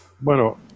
Bueno